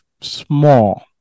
small